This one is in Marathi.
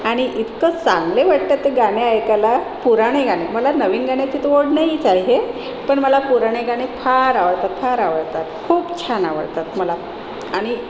आणि इतकं चांगले वाटतं ते गाणे ऐकायला पुराणे गाणे मला नवीन गाण्याची तर ओढ नाहीच आहे पण मला पुराणे गाणे फार आवडतात फार आवडतात खूप छान आवडतात मला आणि